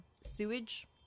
sewage